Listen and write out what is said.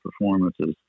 performances